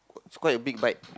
it's quite a big bike